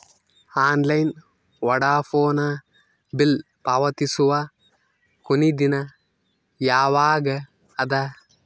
Online Vodafone bill ಪಾವತಿಸುವ ಕೊನಿ ದಿನ ಯವಾಗ ಅದ?